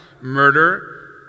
murder